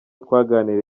twaganiriye